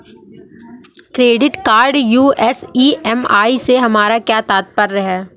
Credit card US EMI से हमारा क्या तात्पर्य है?